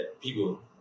people